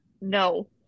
No